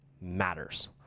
matters